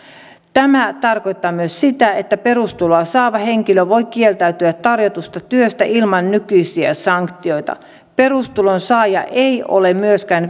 tämä tarkoittaa myös sitä että perustuloa saava henkilö voi kieltäytyä tarjotusta työstä ilman nykyisiä sanktioita perustulon saaja ei ole myöskään